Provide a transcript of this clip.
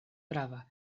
prava